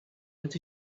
ydy